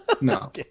No